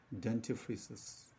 dentifrices